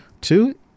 Two